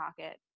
pocket